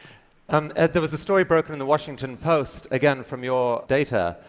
um ed, there was a story broken in the washington post, again from your data.